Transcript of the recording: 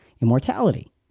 immortality